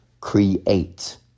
create